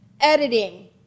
editing